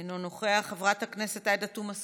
אינו נוכח, חברת הכנסת עאידה תומא סלימאן,